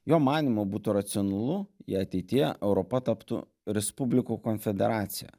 jo manymu būtų racionalu jei ateityje europa taptų respublikų konfederacija